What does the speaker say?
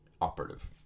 operative